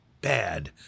bad